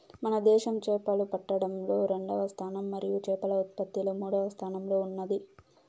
మన దేశం చేపలు పట్టడంలో రెండవ స్థానం మరియు చేపల ఉత్పత్తిలో మూడవ స్థానంలో ఉన్నాది